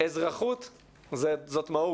אזרחות זאת מהות.